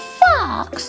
fox